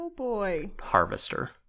harvester